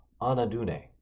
Anadune